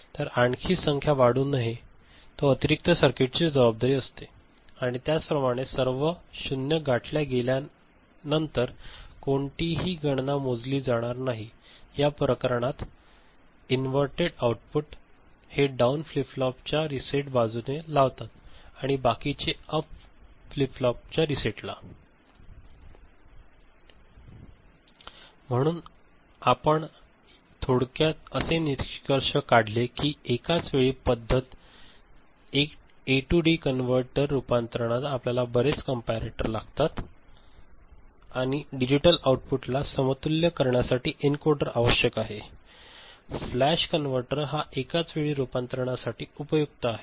तर आणखी संख्या वाढू नये जो अतिरिक्त सर्किट ची जबाबदारी असते आणि त्याचप्रमाणे सर्व 0 गाठल्या गेल्यानंतर कोणतीही गणना मोजली जाणार या प्रकरणात सर्व इन्वर्तेड आउटपुट हे डाउन फ्लिप फ्लॉप च्या रीसेट बाजूने लावतात आणि बाकीचे अप फ्लिप फ्लॉप च्या रीसेट ला म्हणून आम्ही या थोडक्यात असे निष्कर्ष काढले कि एकाच वेळी पद्धत ए ते डी रूपांतरणात आपल्याला बरेच कंपॅटर लागतात आणि डिजिटल आउटपुट ला समतुल्य करण्यासाठी एन्कोडर आवश्यक आहे फ्लॅश कन्व्हर्टर हा एकाचवेळी रूपांतरणासाठी उपयुक्त आहेत